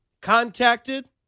contacted